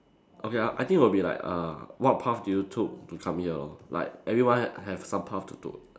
okay I I think it will be like err what path did you took to come here lor like everyone ha~ have some path to took